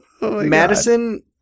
Madison